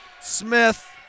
Smith